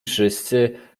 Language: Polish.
wszyscy